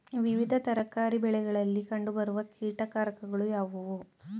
ವಿವಿಧ ತರಕಾರಿ ಬೆಳೆಗಳಲ್ಲಿ ಕಂಡು ಬರುವ ಕೀಟಕಾರಕಗಳು ಯಾವುವು?